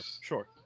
sure